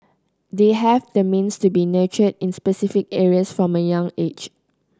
they have the means to be nurtured in specific areas from a young age